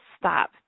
stop